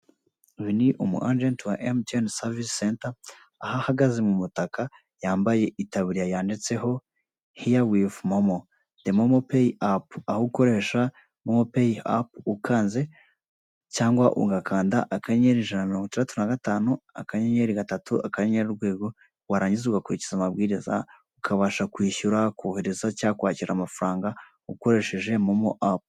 Uyu ni umu agenti wa Emutiyeni savisi senta. Aho ahagaze mu mutaka, yambaye iataburiya yanditseho hiya wivu momo. De momo peyi apu, aho ukoresha momo peyi apu ukanze cyangwa ugakanda akanyenyeri ijana na morongo itandatu na gatanu, akanyenyeri gatatu, akanyenyeri urwego, warangiza ugakurikiza amabwiriza. Ukabasha kwishyura, kohereza cyangwa kwakira amafaranga ukoresheje momo apu.